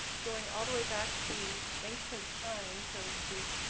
going all the way back to ancient times, so to speak,